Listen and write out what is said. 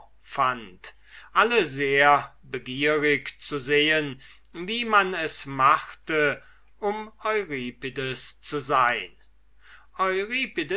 fand alle sehr begierig zu sehen wie man es machte um euripides zu sein